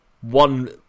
one